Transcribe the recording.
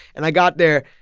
and i got there.